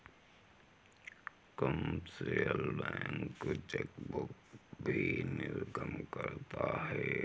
commercial bank chequebook भी निर्गम करता है